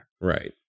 Right